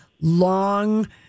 long